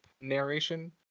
narration